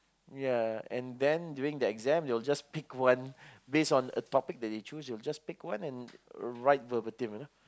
ya and then during the exam they'll just pick one based on a topic that they choose they'll just pick one and write verbative you know